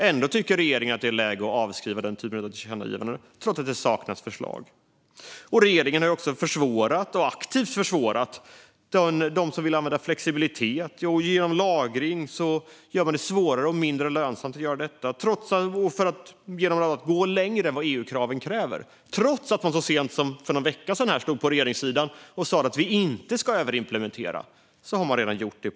Ändå tycker regeringen att det är läge att avskriva tillkännagivandet. Regeringen har också aktivt försvårat för dem som vill använda flexibilitet och lagring och med lagstiftning gjort detta svårare och mindre lönsamt, bland annat genom att gå längre än EU-kraven kräver. Trots att man från regeringssidan sa för bara någon vecka sedan att man inte ska överimplementera har man alltså redan gjort det.